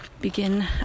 begin